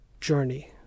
journey